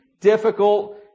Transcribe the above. difficult